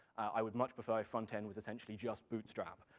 i would much prefer a front end with essentially just bootstrap,